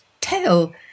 tail